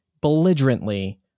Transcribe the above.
belligerently